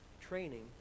Training